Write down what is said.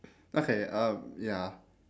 okay um ya